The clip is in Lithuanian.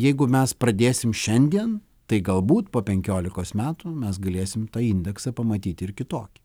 jeigu mes pradėsim šiandien tai galbūt po penkiolikos metų mes galėsim tą indeksą pamatyti ir kitokį